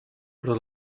però